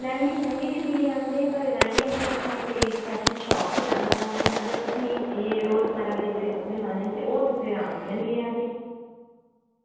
लैंह्गे शैहंगे बी मिल्ली जंदे पर लैंह्गे असें तुसें कोई स्पैशल शाप च जाना पौना ऐ अगर तुसें एह् रोज मर्रा दे जेह्ड़े कपड़े लाने न ते ओह् तुसें अराम कन्नै मिल्ली जाग्गे